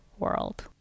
world